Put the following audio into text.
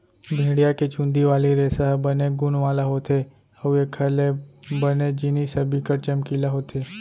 भेड़िया के चुंदी वाले रेसा ह बने गुन वाला होथे अउ एखर ले बने जिनिस ह बिकट चमकीला होथे